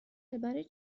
برای